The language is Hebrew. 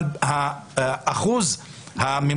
אבל אם יש סטודנט שלמד ארבע שנים,